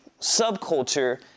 subculture